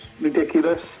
ridiculous